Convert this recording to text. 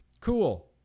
Cool